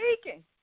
speaking